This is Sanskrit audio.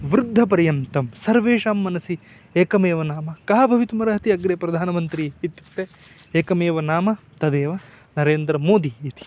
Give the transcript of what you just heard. वृद्धपर्यन्तं सर्वेषां मनसि एकमेव नाम कः भवितुमर्हति अग्रे प्रधानमन्त्री इत्युक्ते एकमेव नाम तदेव नरेन्द्रमोदिः इति